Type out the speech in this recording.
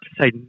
say